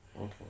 Okay